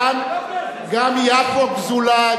גם יפו גזולה,